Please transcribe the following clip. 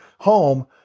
home